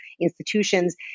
institutions